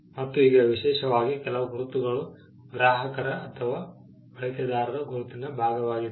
ಮತ್ತು ಈಗ ವಿಶೇಷವಾಗಿ ಕೆಲವು ಗುರುತುಗಳು ಗ್ರಾಹಕರ ಅಥವಾ ಬಳಕೆದಾರರ ಗುರುತಿನ ಭಾಗವಾಗಿದೆ